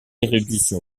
érudition